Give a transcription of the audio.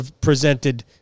presented